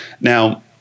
Now